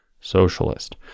socialist